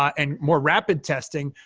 and more rapid testing,